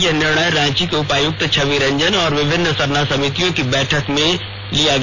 यह निर्णय रांची के उपायुक्त छवि रंजन और विभिन्न सरना समितियों की कल हुई बैठक में लिया गया